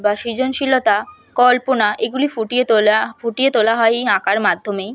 বা সৃজনশীলতা কল্পনা এগুলি ফুটিয়ে তোলা ফুটিয়ে তোলা হয় এই আঁকার মাধ্যমেই